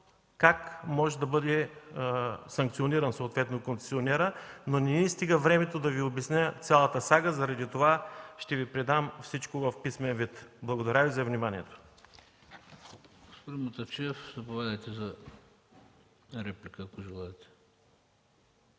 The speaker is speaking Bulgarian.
как може да бъде санкциониран съответно концесионерът, но не ми стига времето да обясня цялата сага, заради това ще Ви предам всичко в писмен вид. Благодаря Ви за вниманието.